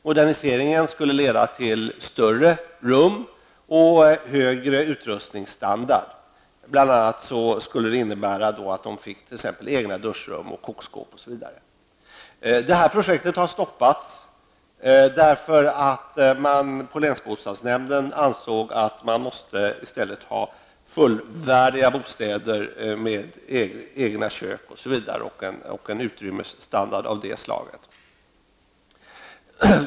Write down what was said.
Moderniseringen skulle leda till större rum och högre utrustningsstandard. Bl.a. skulle det innebära att de boende fick egna duschrum, kokskåp, osv. Detta projekt har stoppats, eftersom man på länsbostadsnämnden ansåg att man i stället måste ha fullvärdiga bostäder med egna kök och en utrymmesstandard av det slaget.